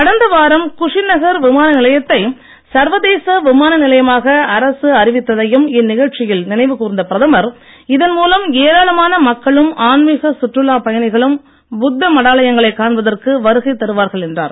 கடந்த வாரம் குஷிநகர் விமான நிலையத்தை சர்வதேச விமான நிலையமாக அரசு அறிவித்ததையும் இந்நிகழ்ச்சியில் நினைவு கூர்ந்த பிரதமர் இதன் மூலம் ஏராளமான மக்களும் ஆன்மிக சுற்றுலா பயணிகளும் புத்த மடாலயங்களைக் காண்பதற்கு வருகை தருவார்கள் என்றார்